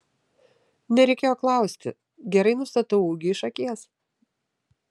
nereikėjo klausti gerai nustatau ūgį iš akies